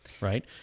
right